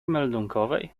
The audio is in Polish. meldunkowej